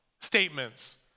statements